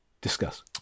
discuss